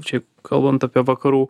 čia kalbant apie vakarų